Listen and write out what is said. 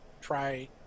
Try